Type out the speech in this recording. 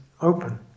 open